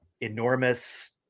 enormous